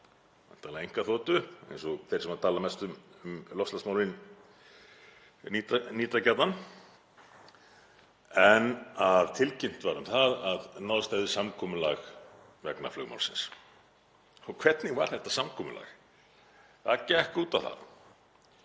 væntanlega einkaþotu eins og þeir sem tala mest um loftslagsmálin nýta gjarnan, en að tilkynnt var um það að náðst hefði samkomulag vegna flugmálsins. Hvernig var þetta samkomulag? Það gekk út á það